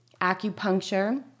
acupuncture